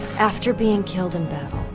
after being killed in battle,